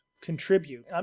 contribute